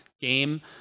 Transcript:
game